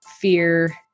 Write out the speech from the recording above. fear